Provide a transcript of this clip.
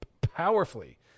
powerfully